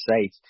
safe